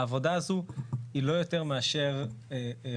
העבודה הזו היא לא יותר מאשר חוק,